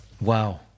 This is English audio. Wow